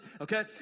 okay